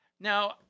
now